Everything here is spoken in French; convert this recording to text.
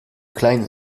klein